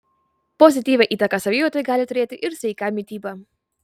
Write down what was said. pozityvią įtaką savijautai gali turėti ir sveika mityba